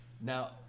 Now